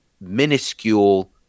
minuscule